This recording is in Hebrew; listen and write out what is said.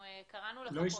קראנו לך קודם.